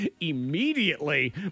immediately